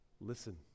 listen